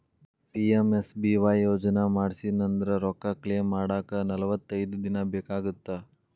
PMSBY Yojana ಮಾಡ್ಸಿನಂದ್ರ ರೊಕ್ಕ claim ಮಾಡಾಕ ನಲವತ್ತೈದ್ ದಿನ ಬೇಕಾಗತ್ತಾ